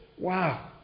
wow